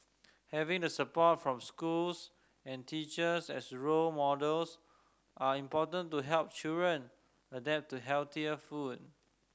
having the support from schools and teachers as role models are important to help children adapt to healthier food